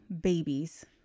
babies